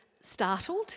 startled